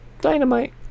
dynamite